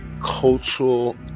Cultural